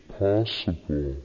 possible